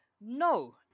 No